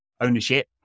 ownership